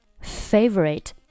Favorite